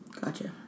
Gotcha